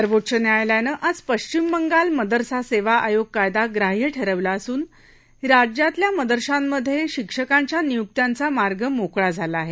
सर्वोच्च न्यायालयानं आज पश्चिम बंगाल मदरसा सेवा आयोग कायदा ग्राह्य ठरवला असून राज्यातल्या मदरशांमध्ये शिक्षकांच्या नियुक्त्यांचा मार्ग मोकळा झाला आहे